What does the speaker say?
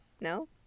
No